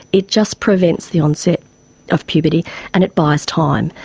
it just prevents the onset of puberty and it buys time.